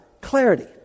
clarity